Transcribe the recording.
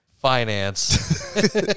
finance